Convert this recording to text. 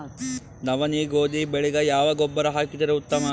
ನವನಿ, ಗೋಧಿ ಬೆಳಿಗ ಯಾವ ಗೊಬ್ಬರ ಹಾಕಿದರ ಉತ್ತಮ?